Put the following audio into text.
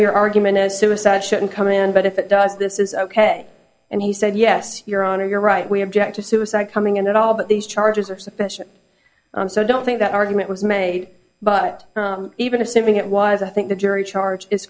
your argument is suicide shouldn't come in but if it does this is ok and he said yes your honor you're right we object to suicide coming in at all but these charges are sufficient so i don't think that argument was made but even assuming it was i think the jury charge is